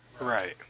Right